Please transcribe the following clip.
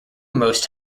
most